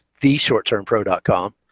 theshorttermpro.com